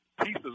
pieces